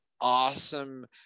awesome